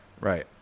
Right